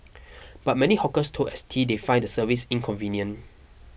but many hawkers told S T they find the service inconvenient